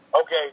Okay